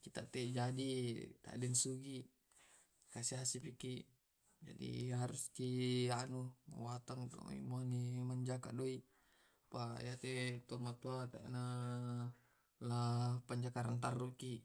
kita te jadi lagi sugi kasi asi jaki jadi haruski anu muatem minjake doe pa yate tomatoa tena panjakareng tarruki